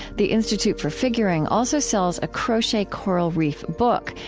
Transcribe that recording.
the institute for figuring also sells a crochet coral reef book,